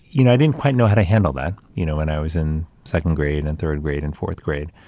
you know, i didn't quite know how to handle that, you know, when i was in second grade, and third grade and fourth grade,